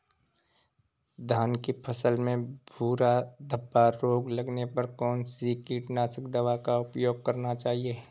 धान की फसल में भूरा धब्बा रोग लगने पर कौन सी कीटनाशक दवा का उपयोग करना चाहिए?